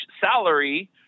salary